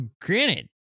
granted